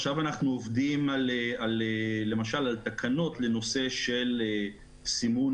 עכשיו אנחנו עובדים על תקנות לנושא של סימון